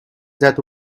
that